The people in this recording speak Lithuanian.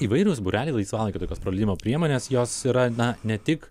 įvairūs būreliai laisvalaikio tokios praleidimo priemonės jos yra na ne tik